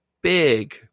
big